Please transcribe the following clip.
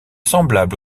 semblable